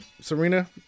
Serena